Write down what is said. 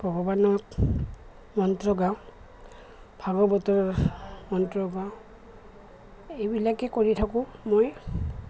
ভগৱানৰ মন্ত্ৰ গাওঁ ভাগৱতৰ মন্ত্ৰ গাওঁ এইবিলাকেই কৰি থাকোঁ মই